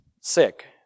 sick